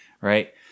right